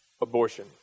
Abortion